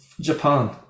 Japan